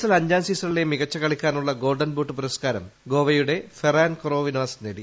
L അഞ്ചാം സീസണിലെ മികച്ച കളിക്കാരനുള്ള ഗോൾഡൻ ബൂട്ട് പുരസ്ക്കാരം ഗോവയുടെ ഫെറാൻ കൊറോ വിനാസ് നേടി